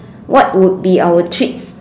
what would be our treats